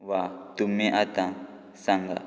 वा तुमी आतां सांगा